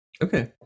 Okay